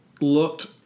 looked